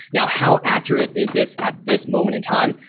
now, how accurate is this at this moment in time?